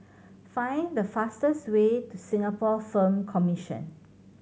find the fastest way to Singapore Film Commission